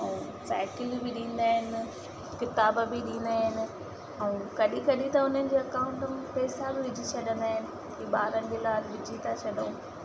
ऐं साइकिल बि ॾींदा आहिनि किताब बि ॾींदा आहिनि ऐं कॾहिं कॾहिं त उन्हनि जे एकाउंट में पैसा बि विझी छॾंदा आहिनि की ॿारनि जे लाइ विझी था छॾूं